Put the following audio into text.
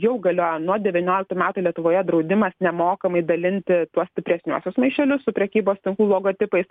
jau galioja nuo devynioliktų metų lietuvoje draudimas nemokamai dalinti tuos stipresniuosius maišelius su prekybos tinklų logotipais